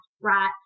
right